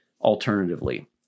alternatively